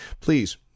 please